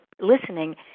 listening